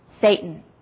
Satan